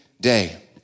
day